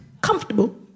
comfortable